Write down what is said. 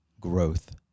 growth